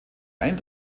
ein